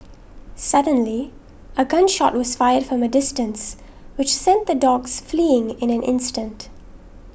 suddenly a gun shot was fired from a distance which sent the dogs fleeing in an instant